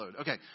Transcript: Okay